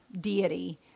deity